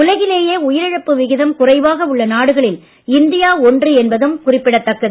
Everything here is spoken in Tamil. உலகிலேயே உயிரிழப்பு விகிதம் குறைவாக உள்ள நாடுகளில் இந்தியா ஒன்று என்பதும் குறிப்பிடதக்கது